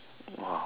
!wow!